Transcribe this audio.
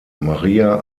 maria